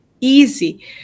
easy